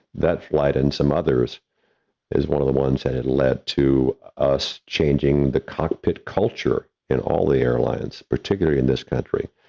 that flight in some others is one of the ones that had led to us changing the cockpit culture in all airlines, particularly in this country,